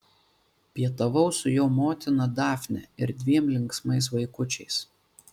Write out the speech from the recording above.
pietavau su jo motina dafne ir dviem linksmais vaikučiais